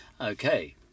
okay